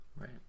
Right